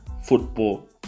football